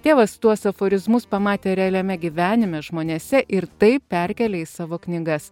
tėvas tuos aforizmus pamatė realiame gyvenime žmonėse ir tai perkelia į savo knygas